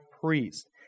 priest